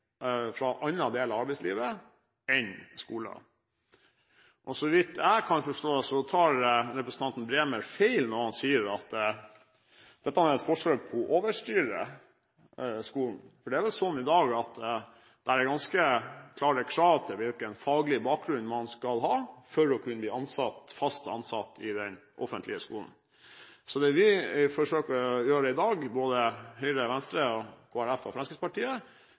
fra andre deler av arbeidslivet enn skoler. Så vidt jeg kan forstå, tar representanten Bremer feil når han sier at dette er et forsøk på å overstyre skolen. For det er vel slik i dag at det er ganske klare krav til hvilken faglig bakgrunn man skal ha for å kunne bli fast ansatt i den offentlige skolen. Det vi forsøker å gjøre i dag, både Høyre, Venstre, Kristelig Folkeparti og Fremskrittspartiet